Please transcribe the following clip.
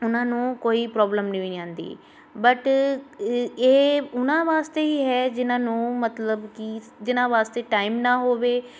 ਉਹਨਾਂ ਨੂੰ ਕੋਈ ਪ੍ਰੋਬਲਮ ਨਹੀਂ ਆਉਂਦੀ ਬਟ ਇਹ ਉਹਨਾਂ ਵਾਸਤੇ ਹੀ ਹੈ ਜਿਹਨਾਂ ਨੂੰ ਮਤਲਬ ਕਿ ਜਿਹਨਾਂ ਵਾਸਤੇ ਟਾਈਮ ਨਾ ਹੋਵੇ